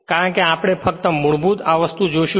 કારણ કે આપણે ફક્ત મૂળભૂત વસ્તુ જોશું